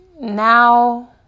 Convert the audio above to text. now